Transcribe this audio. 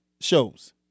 shows